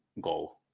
go